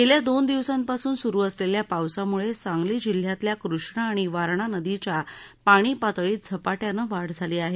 गेल्या दोन दिवसांपासून सुरू असलेल्या पावसामुळे सांगली जिल्ह्यातल्या कृष्णा आणि वारणा नदीच्या पाणी पातळीत झपाट्याने वाढ झाली आहे